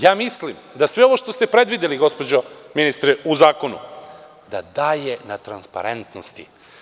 Ja mislim da sve ovo što ste predvideli u zakonu, gospođo ministre, da daje na transparentnosti.